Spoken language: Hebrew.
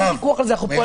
זה יוכרע,